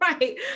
Right